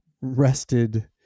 rested